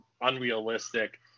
unrealistic